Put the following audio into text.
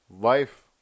Life